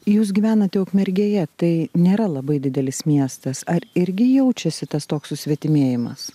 jūs gyvenate ukmergėje tai nėra labai didelis miestas ar irgi jaučiasi tas toks susvetimėjimas